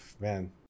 man